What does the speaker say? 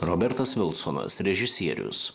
robertas vilsonas režisierius